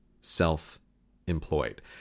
self-employed